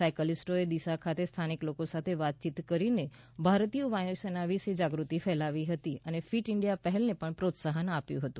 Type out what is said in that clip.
સાઇકલિસ્ટોએ ડીસા ખાતે સ્થાનિક લો કો સાથે વાતચીત કરીને ભારતીય વાયુસેના વિશે જાગૃતિ ફેલાવી હતી અને ફિટ ઇન્ડિયા પહે લને પણ પ્રોત્સાહન આપ્યું હતું